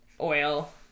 oil